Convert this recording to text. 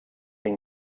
been